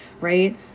Right